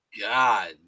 God